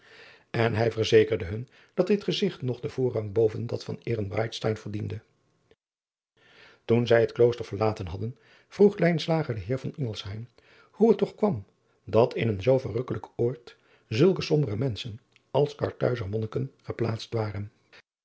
en hij verzekerde hun dat dit gezigt nog den voorrang boven dat van hrenbreitstein verdiende oen zij het klooster verlaten hadden vroeg den eer hoe het toch kwam dat in een zoo verrukkelijk oord zulke sombere menschen als arthuizer onniken geplaatst waren